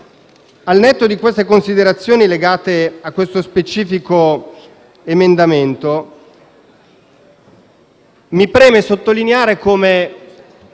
al netto di tali considerazioni legate a questo specifico emendamento, mi preme sottolineare come